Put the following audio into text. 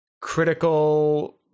critical